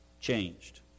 changed